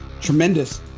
tremendous